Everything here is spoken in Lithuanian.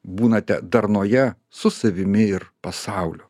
būnate darnoje su savimi ir pasauliu